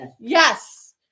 Yes